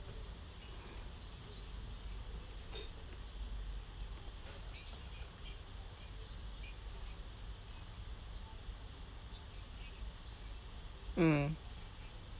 mm